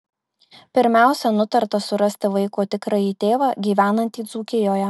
pirmiausia nutarta surasti vaiko tikrąjį tėvą gyvenantį dzūkijoje